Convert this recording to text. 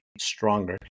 stronger